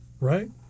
right